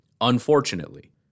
unfortunately